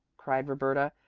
cried roberta.